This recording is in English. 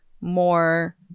more